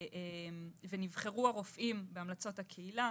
נבחרו הרופאים בהמלצות הקהילה.